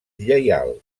lleial